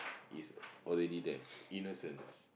is already there innocence